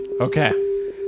Okay